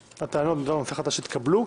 הטענות בדבר נושא חדש התקבלו,